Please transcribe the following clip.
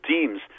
teams